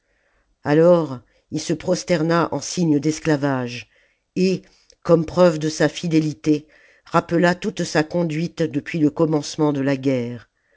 alors il se prosterna en signe d'esclavage et comme preuve de sa fidélité rappela toute sa conduite depuis le commencement de la guerre